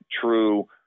true